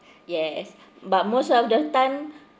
yes but most of the time